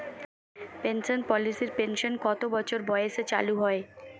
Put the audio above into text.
Pension পলিসির pension কত বছর বয়সে চালু হয়?